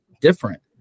different